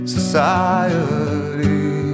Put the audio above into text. Society